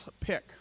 pick